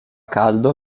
caldo